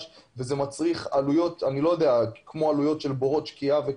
וזה מצריך עלויות כמו עלויות של בורות שקיעה,